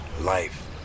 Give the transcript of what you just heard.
life